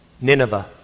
Nineveh